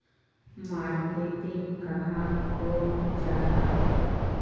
Marketing कहाक को जाहा?